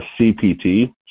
CPT